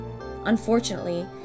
Unfortunately